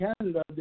Canada